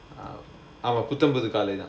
ah our Putham Pudhu Kaalai தான்:putham pudhu kaalai thaan